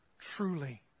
truly